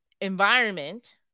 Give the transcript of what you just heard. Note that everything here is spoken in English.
environment